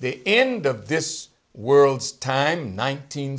the end of this world's time nineteen